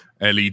LED